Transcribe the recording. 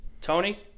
Tony